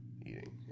Eating